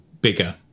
bigger